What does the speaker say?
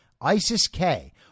ISIS-K